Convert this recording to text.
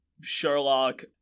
Sherlock